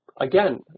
Again